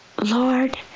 Lord